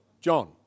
John